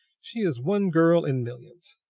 she is one girl in millions.